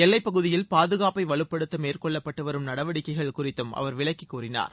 எல்லைப் பகுதியில் பாதுகாப்பை வலுப்படுத்த மேற்கொள்ளப்பட்டு வரும் நடவடிக்கைகள் குறித்தும் அவர் விளக்கிக்கூறினார்